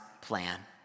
plan